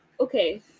Okay